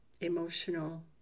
emotional